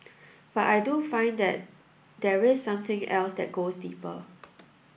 but I do find that there is something else that goes deeper